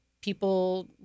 people